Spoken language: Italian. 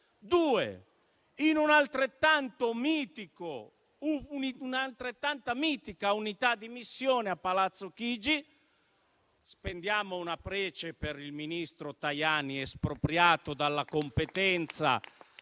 - e in una altrettanto mitica unità di missione a Palazzo Chigi. Spendiamo una prece per il ministro Tajani, espropriato dalla competenza,